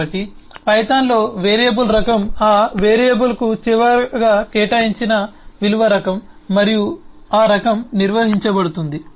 కాబట్టి పైథాన్లో వేరియబుల్ రకం ఆ వేరియబుల్కు చివరిగా కేటాయించిన విలువ రకం మరియు ఆ రకం నిర్వహించబడుతుంది